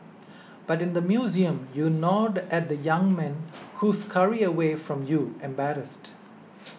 but in the museum you nod at the young men who scurry away from you embarrassed